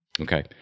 Okay